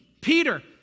Peter